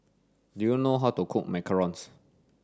do you know how to cook Macarons